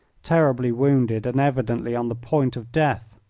terribly wounded and evidently on the point of death.